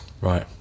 Right